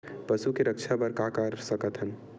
पशु के रक्षा बर का कर सकत हन?